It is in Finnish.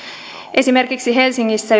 esimerkiksi helsingissä